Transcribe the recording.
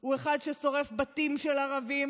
הוא אחד ששורף בתים של ערבים